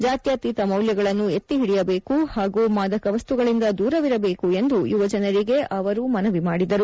ಜಾತ್ಯಾತೀತ ಮೌಲ್ಯಗಳನ್ನು ಎತ್ತಿ ಹಿಡಿಯಬೇಕು ಹಾಗೂ ಮಾದಕ ವಸ್ತುಗಳಿಂದ ದೂರವಿರಬೇಕು ಎಂದು ಯುವಜನರಿಗೆ ಅವರು ಮನವಿ ಮಾಡಿದರು